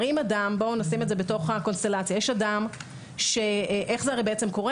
בואו נשים את זה בתוך הקונסטלציה איך זה קורה?